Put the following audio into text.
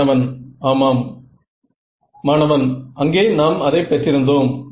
மாணவன் மாணவன் அங்கே நாம் அதை பெற்றிருந்தோம்